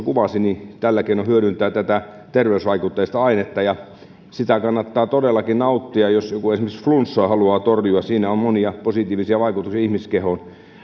kuvasi hyödyntää tätä terveysvaikutteista ainetta sitä kannattaa todellakin nauttia jos joku esimerkiksi flunssaa haluaa torjua siinä on monia positiivisia vaikutuksia ihmiskehoon